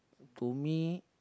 to me